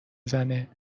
زنه